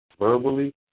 verbally